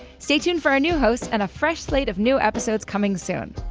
stay tuned for our new hosts and a fresh slate of new episodes coming soon.